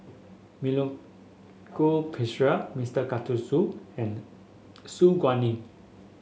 Milenko Prvacki Mister Karthigesu and Su Guaning